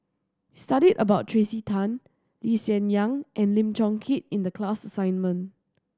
we studied about Tracey Tan Lee Hsien Yang and Lim Chong Keat in the class assignment